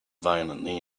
violently